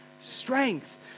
strength